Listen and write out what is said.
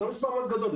זה לא מספר כל כך גדול,